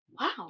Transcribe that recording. Wow